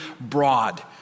broad